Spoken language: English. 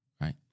Right